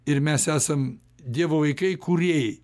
ir mes esam dievo vaikai kūrėjai